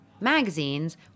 magazines